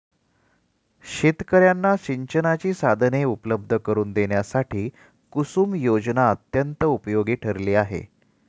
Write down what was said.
शेतकर्यांना सिंचनाची साधने उपलब्ध करून देण्यासाठी कुसुम योजना अत्यंत उपयोगी ठरली आहे